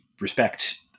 respect